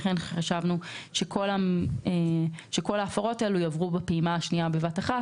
לכן חשבנו שכל ההפרות האלה יעברו בפעימה השנייה בבת אחת,